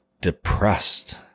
depressed